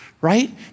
right